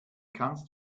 kannst